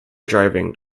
driving